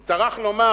הוא טרח לומר,